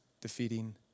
defeating